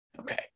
Okay